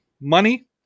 Money